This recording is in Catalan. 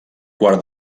quart